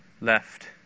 left